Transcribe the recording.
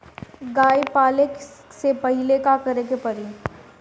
गया पाले से पहिले का करे के पारी?